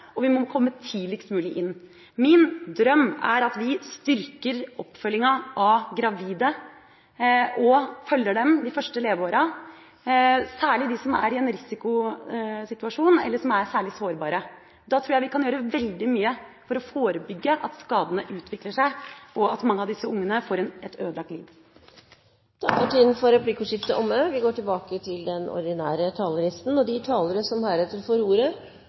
Men da må vi samarbeide, og vi må komme tidligst mulig inn. Min drøm er at vi styrker oppfølginga av gravide og følger dem de første leveåra – særlig de som er i en risikosituasjon, eller som er særlig sårbare. Da tror jeg vi kan gjøre veldig mye for å forebygge at skadene utvikler seg, og at mange av disse barna får et ødelagt liv. Replikkordskiftet er omme. De talere som heretter får ordet,